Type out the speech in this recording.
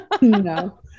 No